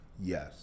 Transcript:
Yes